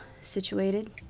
situated